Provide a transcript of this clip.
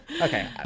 Okay